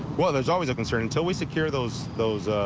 well there's always a concern until we secure those those.